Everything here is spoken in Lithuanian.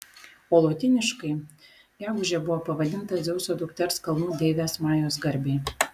o lotyniškai gegužė buvo pavadinta dzeuso dukters kalnų deivės majos garbei